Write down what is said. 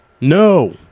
No